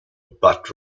butt